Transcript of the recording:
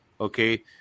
okay